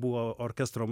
buvo orkestro